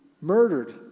murdered